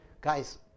Guys